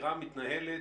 החקירה מתנהלת.